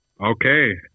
Okay